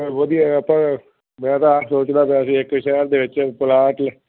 ਹਾਂ ਵਧੀਆ ਆਪਾਂ ਮੈਂ ਤਾਂ ਆਪ ਸੋਚਦਾ ਪਿਆ ਸੀ ਇੱਕ ਸ਼ਹਿਰ ਦੇ ਵਿੱਚ ਪਲਾਟ ਲ